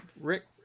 Rick